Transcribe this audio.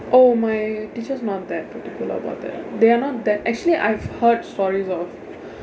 oh my teachers not that particular about that they are not that actually I've heard stories of